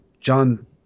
John